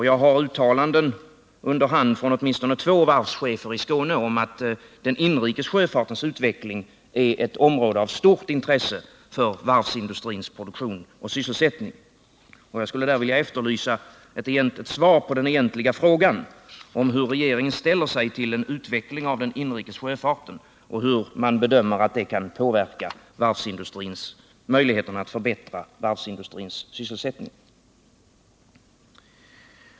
Jag har uttalanden under hand från åtminstone två varvschefer i Skåne om att den inrikes sjöfartens utveckling är ett område av stort intresse för varvsindustrins produktion och sysselsättning. Jag skulle vilja efterlysa ett svar på den egentliga frågan om hur regeringen ställer sig till en utveckling av den inrikes sjöfarten och hur man bedömer att en sådan utveckling kan påverka varvsindustrins möjligheter att förbättra sitt sysselsättningsläge.